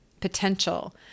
potential